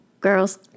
Girls